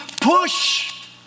push